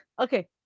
Okay